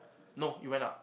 no it went up